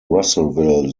russellville